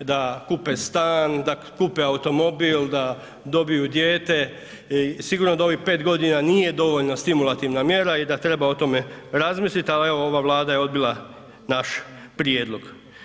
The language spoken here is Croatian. da kupe stan, da kupe automobil, da dobiju dijete, sigurno da ovih 5 godina nije dovoljno stimulativna mjera i da treba o tome razmisliti, ali evo, ova Vlada je odbila naš prijedlog.